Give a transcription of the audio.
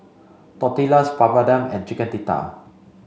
Tortillas Papadum and Chicken Tikka